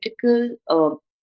political